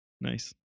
Nice